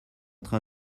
train